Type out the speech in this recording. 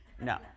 No